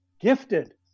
gifted